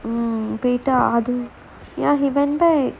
போயிட்டு:poittu